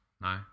No